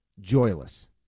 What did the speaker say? Joyless